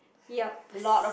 yups